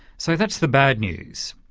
so that's the bad news.